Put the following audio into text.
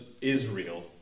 Israel